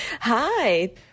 Hi